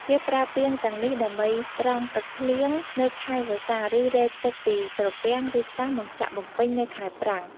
គេប្រើពាងទាំងនេះដើម្បីត្រងទឹកភ្លៀងនៅខែវស្សា ឬ រែកទឹកពីត្រពាំង ឬស្រះមកចាក់បំពេញនៅខែប្រាំង។